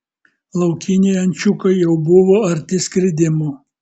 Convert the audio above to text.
laukiniai ančiukai jau buvo arti skridimo